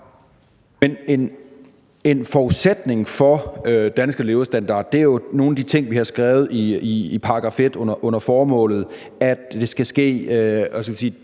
en forudsætning for den danske levestandard er jo nogle af de ting, vi har skrevet i § 1 under formålet, nemlig at når